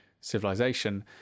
civilization